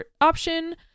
option